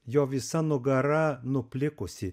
jo visa nugara nuplikusi